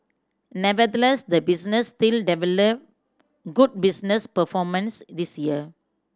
nevertheless the business still delivered good business performance this year